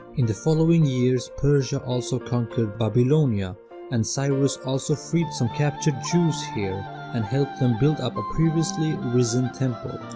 in the following years persia also conquered babylonia and cyrus also freed some captured jews here and helped them build up a previously risen temple.